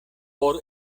por